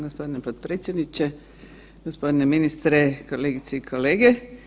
Gospodine potpredsjedniče, gospodine ministre, kolegice i kolege.